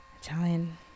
Italian